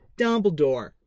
Dumbledore